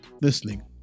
listening